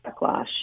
backlash